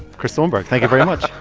chris thornberg, thank you very much